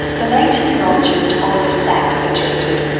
the late neurologist oliver sacks suggested,